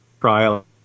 trial